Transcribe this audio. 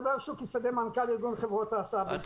מדבר שוקי שדה, מנכ"ל ארגון חברות ההסעה בישראל.